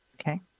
Okay